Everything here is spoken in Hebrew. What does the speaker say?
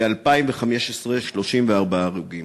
ב-2015, 34 הרוגים.